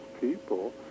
people